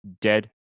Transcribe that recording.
dead